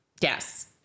yes